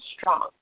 strong